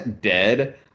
dead